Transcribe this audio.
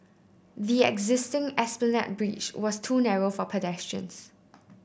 the existing Esplanade Bridge was too narrow for pedestrians